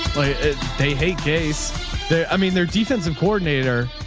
they hate case there. i mean their defensive coordinator,